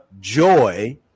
joy